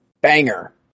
banger